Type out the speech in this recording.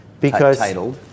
Because-